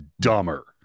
Dumber